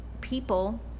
people